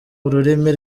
ururimi